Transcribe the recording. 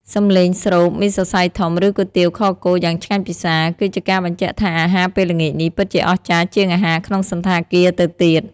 សំឡេងស្រូប មីសរសៃធំ ឬ គុយទាវខគោ យ៉ាងឆ្ងាញ់ពិសា គឺជាការបញ្ជាក់ថាអាហារពេលល្ងាចនេះ ពិតជាអស្ចារ្យជាងអាហារក្នុងសណ្ឋាគារទៅទៀត។